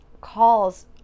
calls